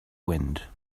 wind